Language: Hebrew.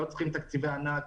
לא צריכים תקציבי ענק.